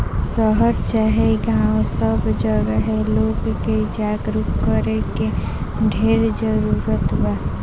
शहर चाहे गांव सब जगहे लोग के जागरूक करे के ढेर जरूरत बा